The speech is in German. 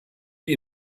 die